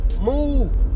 Move